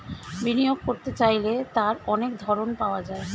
বিনিয়োগ করতে চাইলে তার অনেক ধরন পাওয়া যায়